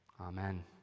Amen